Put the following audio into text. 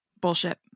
Bullshit